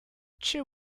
chill